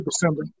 December